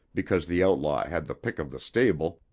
because the outlaw had the pick of the stable,